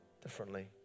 differently